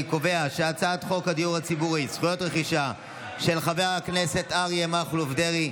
אני קובע שהצעת החוק של חבר הכנסת ינון אזולאי,